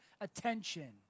attention